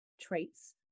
traits